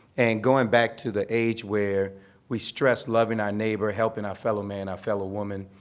and going back to the age where we stress loving our neighbor, helping our fellow man, our fellow woman,